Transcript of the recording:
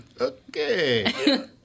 Okay